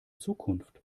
zukunft